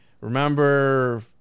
remember